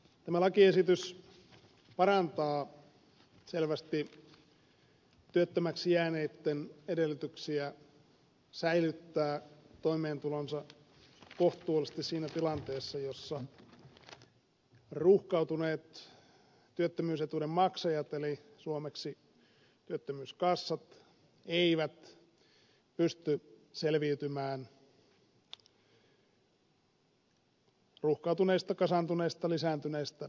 tämä lakiesitys parantaa selvästi työttömäksi jääneitten edellytyksiä säilyttää toimeentulonsa kohtuullisesti siinä tilanteessa jossa ruuhkautuneet työttömyysetuuden maksajat eli suomeksi työttömyyskassat eivät pysty selviytymään ruuhkautuneista kasaantuneista lisääntyneistä maksuista